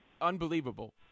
unbelievable